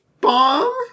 bomb